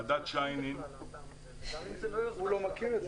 השאלה אם צריכים בכלל 450. הוא לא מכיר את זה.